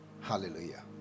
Hallelujah